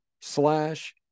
slash